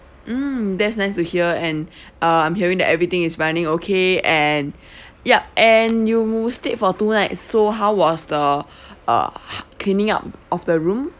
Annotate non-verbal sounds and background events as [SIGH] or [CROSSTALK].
mm that's nice to hear and [BREATH] uh I'm hearing that everything is running okay and ya and you you stayed for two night so how was the [BREATH] uh h~ cleaning up of the room